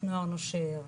נוער נושר,